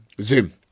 Zoom